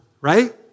right